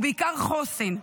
ובעיקר חוסן,